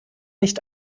nicht